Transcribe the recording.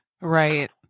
Right